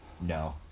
No